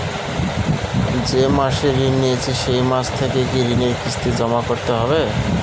যে মাসে ঋণ নিয়েছি সেই মাস থেকেই কি ঋণের কিস্তি জমা করতে হবে?